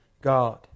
God